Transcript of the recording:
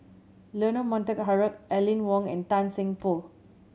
Leonard Montague Harrod Aline Wong and Tan Seng Poh